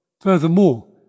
Furthermore